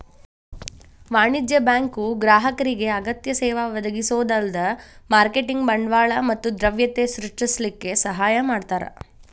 ವಾಣಿಜ್ಯ ಬ್ಯಾಂಕು ಗ್ರಾಹಕರಿಗೆ ಅಗತ್ಯ ಸೇವಾ ಒದಗಿಸೊದ ಅಲ್ದ ಮಾರ್ಕೆಟಿನ್ ಬಂಡವಾಳ ಮತ್ತ ದ್ರವ್ಯತೆ ಸೃಷ್ಟಿಸಲಿಕ್ಕೆ ಸಹಾಯ ಮಾಡ್ತಾರ